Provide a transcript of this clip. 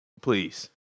please